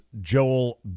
Joel